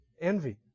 Envy